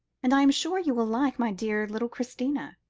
and i am sure you will like my dear little christina.